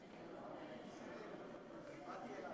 שאי-אפשר היה